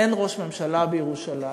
אין ראש ממשלה בירושלים.